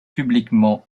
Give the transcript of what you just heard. publiquement